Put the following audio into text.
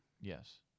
Yes